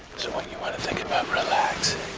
so when you wanna think about relaxing,